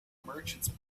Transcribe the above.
merchants